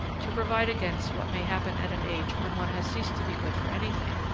to provide against what may happen at an age when one has ceased to be good for anything,